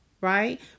right